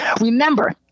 Remember